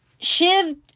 Shiv